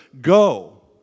Go